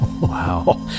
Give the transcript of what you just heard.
Wow